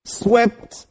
swept